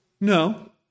No